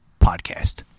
podcast